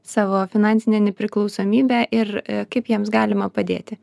savo finansinę nepriklausomybę ir kaip jiems galima padėti